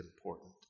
important